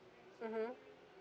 mmhmm